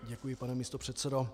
Děkuji, pane místopředsedo.